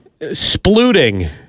splooting